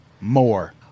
more